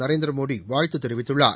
நரேந்திர மோடி வாழ்த்து தெரிவித்துள்ளார்